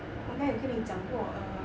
我应该有跟你讲过 uh